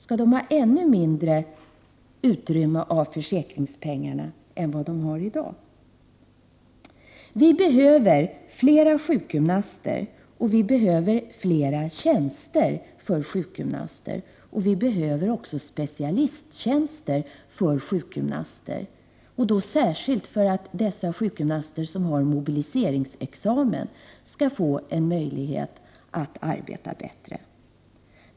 Skall de ha ännu mindre utrymme av försäkringspengarna än vad de har i dag? Vi behöver flera sjukgymnaster, och vi behöver flera tjänster för sjukgymnaster. Vi behöver också specialisttjänster för sjukgymnaster, särskilt för att de sjukgymnaster som har mobiliseringsexamen skall få en möjlighet att arbeta bättre.